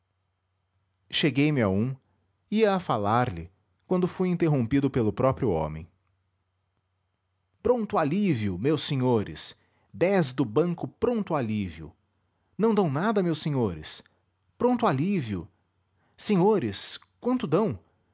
cheguei-me a um ia a falar-lhe quando fui interrompido pelo próprio homem pronto alívio meus senhores dez do banco pronto alívio não dão nada meus senhores pronto alívio senhores quanto dão